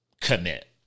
commit